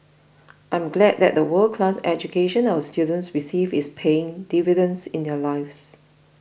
I am glad that the world class education our students receive is paying dividends in their lives